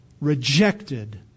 rejected